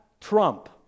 trump